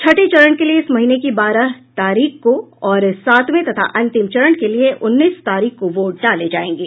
छठे चरण के लिए इस महीने की बारह तारीख को और सातवें तथा अंतिम चरण के लिए उन्नीस तारीख को वोट डाले जाएंगे